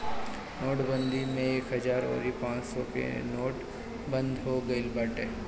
नोटबंदी में एक हजार अउरी पांच सौ के नोट बंद हो गईल रहे